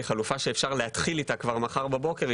היא חלופה שאפשר להתחיל איתה כבר מחר בבוקר.